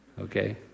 okay